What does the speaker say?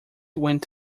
went